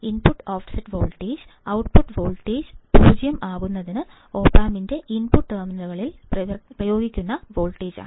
input offset voltage output voltage 0 ആക്കുന്നതിന് ഓപമ്പിന്റെ input ടെർമിനലുകളിൽ പ്രയോഗിക്കേണ്ട വോൾട്ടേജാണ്